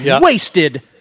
wasted